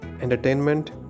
entertainment